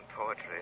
poetry